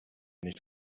nicht